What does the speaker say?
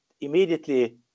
immediately